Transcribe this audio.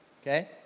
okay